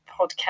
podcast